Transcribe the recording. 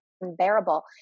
unbearable